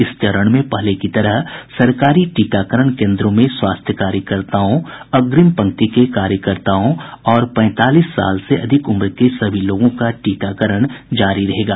इस चरण में पहले की तरह सरकारी टीकाकरण केंद्रों में स्वास्थ्य कार्यकर्ताओं अग्रिम पंक्ति के कार्यकर्ताओं और पैंतालीस वर्ष से अधिक उम्र के सभी लोगों का टीकाकरण जारी रहेगा